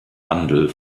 handel